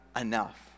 enough